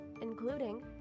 including